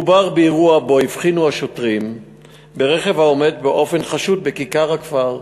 מדובר באירוע שבו הבחינו השוטרים ברכב העומד באופן חשוד בכיכר הכפר.